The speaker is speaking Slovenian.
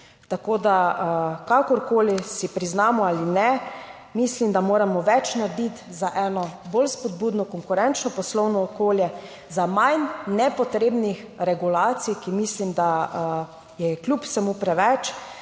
Tako da kakorkoli si priznamo ali ne, mislim, da moramo več narediti za eno bolj spodbudno, konkurenčno poslovno okolje, za manj nepotrebnih regulacij, ki mislim, da je kljub vsemu preveč.